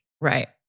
right